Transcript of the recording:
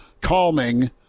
calming